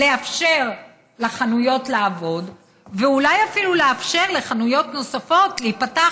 לאפשר לחנויות לעבוד ואולי אפילו לאפשר לחנויות נוספות להיפתח,